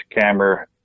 camera